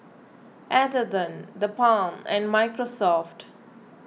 Atherton the Balm and Microsoft